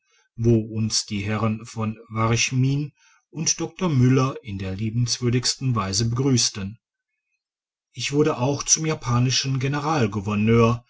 wo uns die herren v varchmin und dr müller in der liebenswürdigsten weise begrüssten ich wurde auch zum japanischen